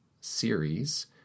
series